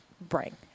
bring